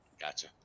gotcha